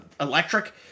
electric